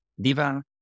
diva